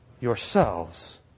yourselves